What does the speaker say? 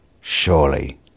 Surely